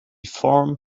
form